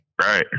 Right